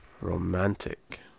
romantic